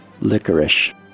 licorice